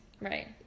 Right